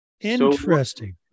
Interesting